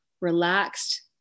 relaxed